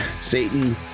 satan